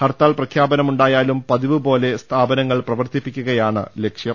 ഹർത്താൽ പ്രഖ്യാപനമുണ്ടായാലും പതിവ് പോലെ സ്ഥാപനങ്ങൾ പ്രവർത്തിപ്പിക്കുകയാണ് ലക്ഷ്യം